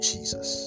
Jesus